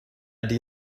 did